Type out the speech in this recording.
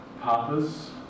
Papa's